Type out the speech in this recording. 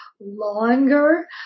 longer